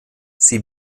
sie